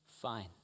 Fine